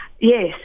Yes